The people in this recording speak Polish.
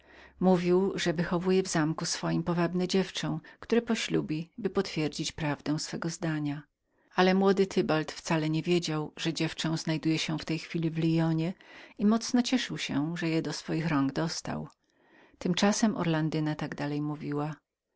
i że wychowywał w zamku swoim powabne dziewczę które poślubi i przekona o prawdzie swego zdania ale młody tybald wcale nie wiedział żeby dziewczę znajdowało się w tej chwili w lyonie i mocno cieszył się że je do swoich rąk dostał tymczasem orlandyna tak dalej mówiła